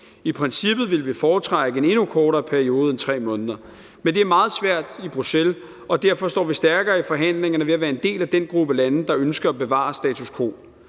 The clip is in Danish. I princippet ville vi foretrække en endnu kortere periode end 3 måneder, men det er meget svært i Bruxelles, og derfor står vi stærkere i forhandlingerne ved at være en del af den gruppe lande, der ønsker at bevare status quo.